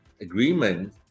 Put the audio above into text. agreement